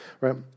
right